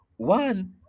One